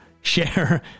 share